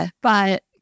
But-